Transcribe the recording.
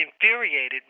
infuriated